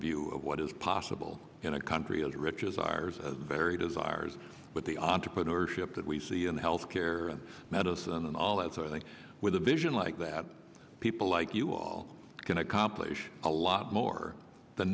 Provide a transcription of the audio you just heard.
view of what is possible in a country as rich as ours as very desires but the entrepreneurship that we see in health care medicine and all that so i think with a vision like that people like you all can accomplish a lot more th